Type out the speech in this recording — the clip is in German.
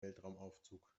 weltraumaufzug